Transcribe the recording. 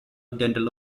dental